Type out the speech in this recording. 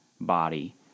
body